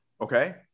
Okay